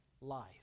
life